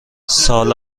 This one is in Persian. سال